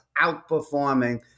outperforming